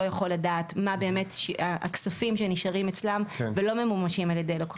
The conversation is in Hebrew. אי אפשר לדעת מהם באמת הכספים שנשארים אצלם ולא ממומשים על ידי לקוחות.